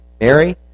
Mary